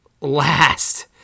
last